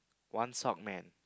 one sock man